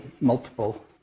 multiple